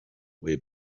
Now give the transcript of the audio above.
way